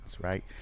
right